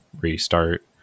restart